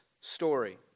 story